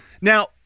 now